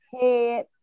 head